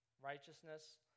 Righteousness